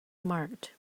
marked